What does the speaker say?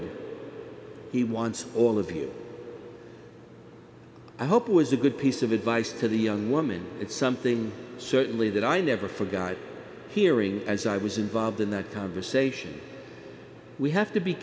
lord he wants all of you i hope was a good piece of advice to the young woman it's something certainly that i never forgot hearing as i was involved in that conversation we have to be